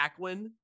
Aquin